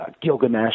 Gilgamesh